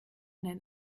den